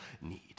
need